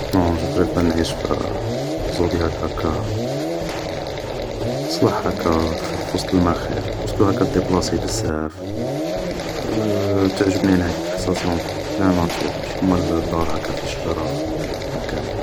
نون, جو بريفار نعيش في زودياك هاكا تصلح هاكا في وسط الماء خير, بارسكو هاكا ديبلاصي بزاف تعجبني انا هديك نحس راسي اون بلان ناتور, ماشي كيما هاكا في دار في شجرة نحس راسي غي قاعد